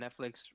Netflix